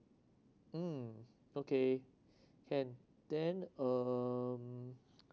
mm okay can then um